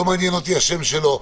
לא מעניין אותי השם שלו,